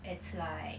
it's like